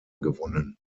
gewonnen